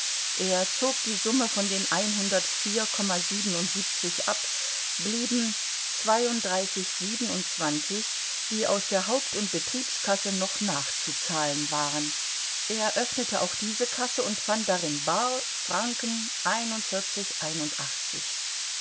er zog die summe von den ab blieben die aus der haupt und betriebskasse noch nachzuzahlen waren er öffnete auch diese kasse und fand darin bar